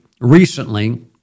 Recently